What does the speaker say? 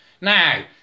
Now